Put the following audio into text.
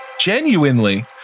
Genuinely